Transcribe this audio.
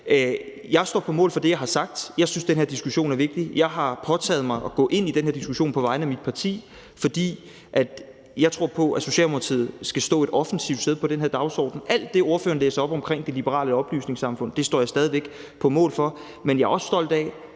Jeg står på mål for det, jeg har sagt. Jeg synes, den her diskussion er vigtig. Jeg har påtaget mig at gå ind i den her diskussion på vegne af mit parti, fordi jeg tror på, at Socialdemokratiet skal stå et offensivt sted på den her dagsorden. Alt det, ordføreren læste op, omkring det liberale oplysningssamfund står jeg stadig væk på mål for, men jeg er også stolt af